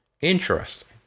Interesting